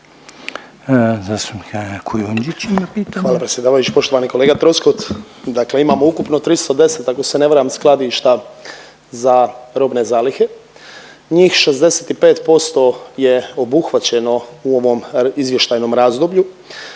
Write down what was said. Hvala predsjedavajući, poštovani kolega Troskot. Dakle imamo ukupno 310, ako se ne varam skladišta za robne zalihe. Njih 65% je obuhvaćeno u ovom izvještajnom razdoblju.